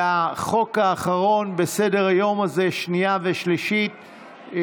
והחוק האחרון בסדר-היום הזה בקריאה שנייה ושלישית.